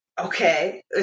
Okay